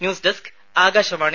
news desk Akashvani